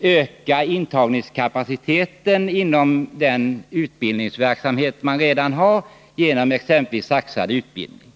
öka intagningskapaciteten inom den utbildningsverksamhet man redan har genom exempelvis saxad utbildning.